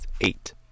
eight